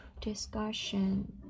discussion